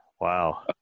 Wow